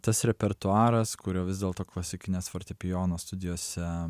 tas repertuaras kurio vis dėlto klasikinės fortepijono studijose